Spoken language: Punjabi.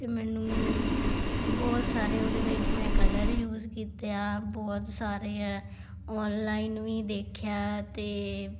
ਅਤੇ ਮੈਨੂੰ ਬਹੁਤ ਸਾਰੇ ਉਹਦੇ ਵਿੱਚ ਮੈਂ ਕਲਰ ਯੂਜ ਕੀਤੇ ਆ ਬਹੁਤ ਸਾਰੇ ਔਨਲਾਈਨ ਵੀ ਦੇਖਿਆ ਅਤੇ